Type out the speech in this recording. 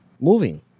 Moving